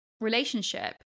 relationship